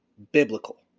biblical